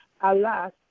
Alas